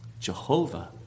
Jehovah